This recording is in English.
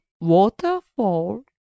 waterfall